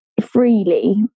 freely